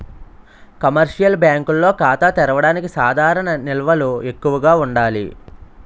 commercial బ్యాంకుల్లో ఖాతా తెరవడానికి సాధారణ నిల్వలు ఎక్కువగా ఉండాలి